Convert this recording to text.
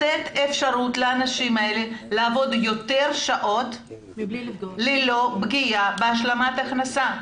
אפשרות לאנשים האלה לעבוד יותר שעות ללא פגיעה בהשלמת ההכנסה.